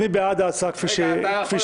מי בעד ההצעה כפי שהצעתי?